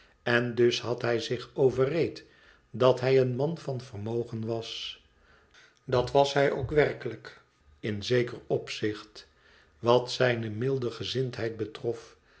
en dus had hij zich overreed dat hij een man van vermogen was dat was hij ook werkelijk in zeker opzicht wat zijne milde gezindheid betrof